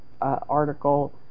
article